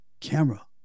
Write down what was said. camera